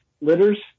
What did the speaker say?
litters